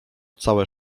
całe